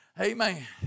Amen